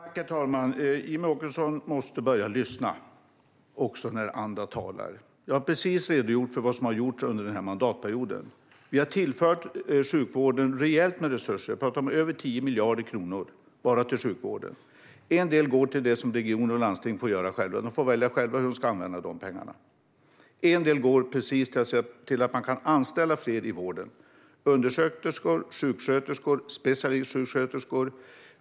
Herr talman! Jimmie Åkesson måste börja lyssna också när andra talar. Jag har precis redogjort för vad som har gjorts under den här mandatperioden. Vi har tillfört sjukvården rejält med resurser. Jag pratar om över 10 miljarder kronor bara till sjukvården. En del går till det som regioner och landsting får göra själva. De får välja själva hur de ska använda de pengarna. En del går till att man kan anställa fler i vården: undersköterskor, sjuksköterskor och specialistsjuksköterskor.